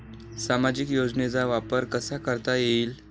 सामाजिक योजनेचा वापर कसा करता येईल?